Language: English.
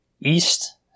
East